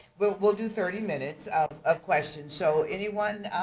we'll we'll do thirty minutes of of questions. so anyone?